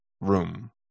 room